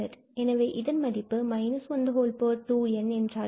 எனவே இதன் மதிப்பு 2n என்றாகிறது